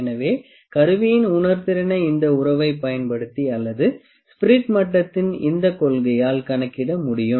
எனவே கருவியின் உணர்திறனை இந்த உறவைப் பயன்படுத்தி அல்லது ஸ்பிரிட் மட்டத்தின் இந்த கொள்கையால் கணக்கிட முடியும்